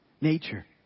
nature